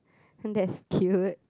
that's cute